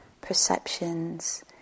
perceptions